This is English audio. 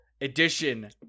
edition